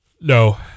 No